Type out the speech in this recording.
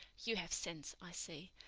you have sense, i see,